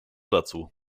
dazu